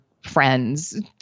friends